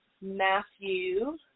Matthew